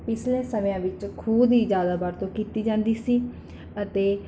ਪਿਛਲੇ ਸਮਿਆਂ ਵਿੱਚ ਖੂਹ ਦੀ ਜ਼ਿਆਦਾ ਵਰਤੋਂ ਕੀਤੀ ਜਾਂਦੀ ਸੀ ਅਤੇ